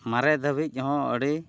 ᱢᱟᱨᱮ ᱫᱷᱟᱹᱵᱤᱡ ᱦᱚᱸ ᱟᱹᱰᱤ